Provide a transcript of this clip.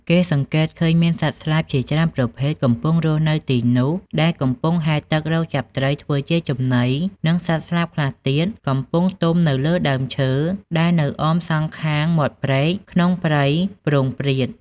គេសង្កេតឃើញមានសត្វស្លាបជាច្រើនប្រភេទ កំពុងរស់នៅទីនោះដែលកំពុងហែលទឹករកចាប់ត្រីធ្វើជាចំណី និងសត្វស្លាបខ្លះទៀត កំពុងទុំនៅលើដើមឈើ ដែលនៅអមសងខាងមាត់ព្រែកក្នុងព្រៃព្រោងព្រាត។